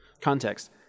context